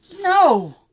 No